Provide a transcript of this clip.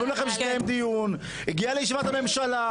הגיע לישיבת הממשלה.